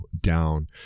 down